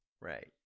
right